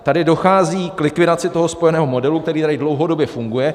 Tady dochází k likvidaci toho spojeného modelu, který tady dlouhodobě funguje.